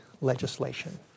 legislation